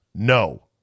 No